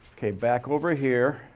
okay. back over here,